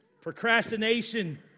Procrastination